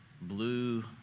blue